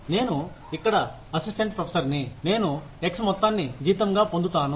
నేను ఇక్కడ అసిస్టెంట్ ప్రొఫెసర్ని నేను X మొత్తాన్ని జీతంగా పొందుతాను